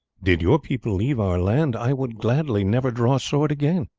did your people leave our land i would gladly never draw sword again.